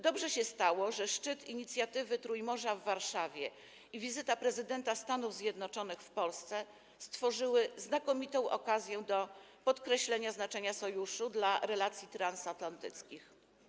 Dobrze się stało, że szczyt inicjatywy Trójmorza w Warszawie i wizyta prezydenta Stanów Zjednoczonych w Polsce stworzyły znakomitą okazję do podkreślenia znaczenia Sojuszu dla relacji transatlantyckich.